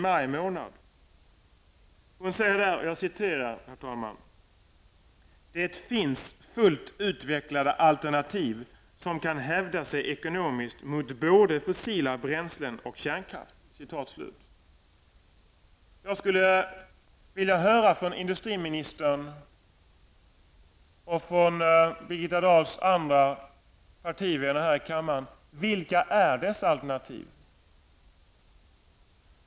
Hon säger: ''Det finns fullt utvecklade alternativ som kan hävda sig ekonomiskt mot både fossila bränslen och kärnkraft.'' Jag skulle vilja höra från industriministern och från Birgitta Dahls andra partivänner här i kammaren vilka dessa alternativ är.